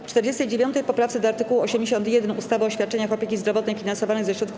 W 49. poprawce do art. 81 ustawy o świadczeniach opieki zdrowotnej finansowanych ze środków